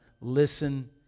listen